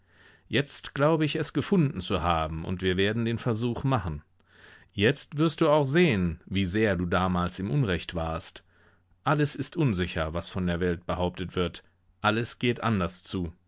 jetzt glaube ich es gefunden zu haben und wir werden den versuch machen jetzt wirst du auch sehen wie sehr du damals im unrecht warst alles ist unsicher was von der welt behauptet wird alles geht anders zu